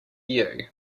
you